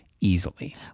easily